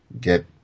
get